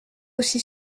aussi